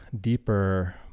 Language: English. deeper